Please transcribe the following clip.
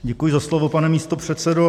Děkuji za slovo, pane místopředsedo.